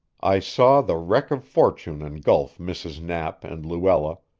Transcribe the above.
i saw the wreck of fortune engulf mrs. knapp and luella,